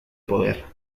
poder